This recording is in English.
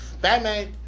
Batman